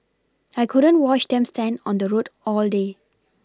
I couldn't watch them stand on the road all day